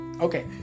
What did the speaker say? okay